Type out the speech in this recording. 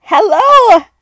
Hello